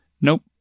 nope